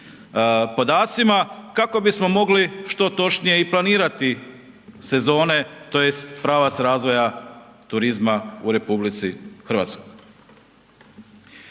kako bismo mogli što točnije i planirati sezone, tj. pravac razvoja turizma u RH. Što